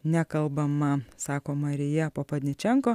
nekalbama sako marija popadničenko